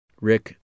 Rick